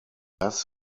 das